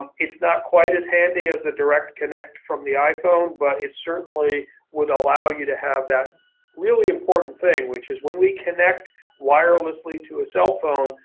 it's not quite as handy as the direct connect from the iphone, but it certainly would allow you to have that really important thing, which is when we connect wirelessly to a cell phone,